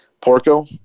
Porco